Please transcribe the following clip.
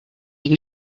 you